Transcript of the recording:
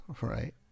Right